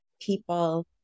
people